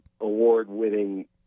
award-winning